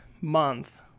month